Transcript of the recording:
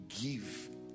give